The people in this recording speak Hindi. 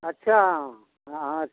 अच्छा हाँ हाँ